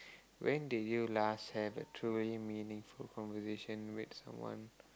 when did you last have a truly meaningful conversation with someone